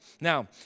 Now